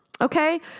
Okay